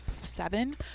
seven